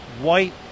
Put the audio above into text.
white